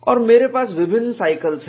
और मेरे पास विभिन्न साइकिल्स है